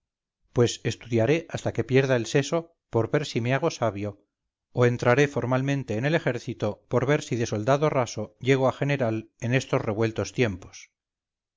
pues estudiaré hasta que pierda el seso por ver si me hago sabio o entraré formalmente en el ejército por ver si de soldado raso llego a general en estos revueltos tiempos